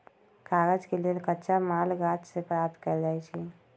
कागज के लेल कच्चा माल गाछ से प्राप्त कएल जाइ छइ